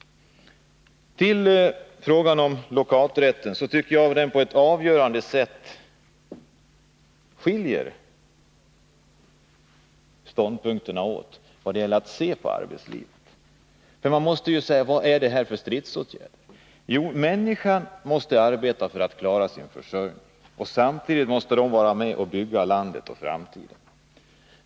Frågan om lockouträtt skiljer, tycker jag, på ett avgörande sätt stånd punkterna åt när det gäller att se på arbetet. Man måste ju fråga: Vad är det här för stridsåtgärder? Människorna måste arbeta för att klara sin försörjning, och samtidigt måste de vara med och bygga landet och framtiden.